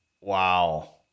wow